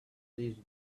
these